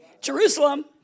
jerusalem